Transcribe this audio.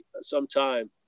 sometime